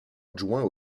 adjoint